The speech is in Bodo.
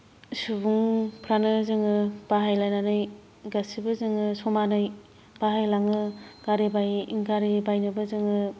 सुबुंफ्रानो जोङो बाहायलायनानै गासैबो जोङो समानै बाहायलाङो गारि बाय गारि बायनोबो जोङो